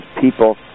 people